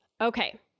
Okay